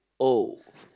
oh